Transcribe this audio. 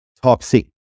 toxic